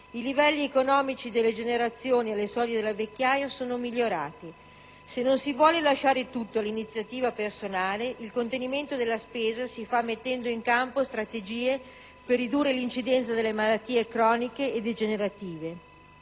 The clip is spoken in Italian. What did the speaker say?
i livelli economici delle generazioni alle soglie della vecchiaia sono migliorati. Se non si vuole lasciare tutto all'iniziativa personale, il contenimento della spesa si fa mettendo in campo strategie per ridurre l'incidenza delle malattie croniche e degenerative,